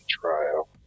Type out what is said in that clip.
trial